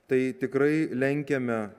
tai tikrai lenkiame